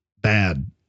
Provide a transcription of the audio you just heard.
bad